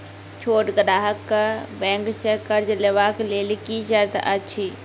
छोट ग्राहक कअ बैंक सऽ कर्ज लेवाक लेल की सर्त अछि?